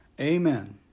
Amen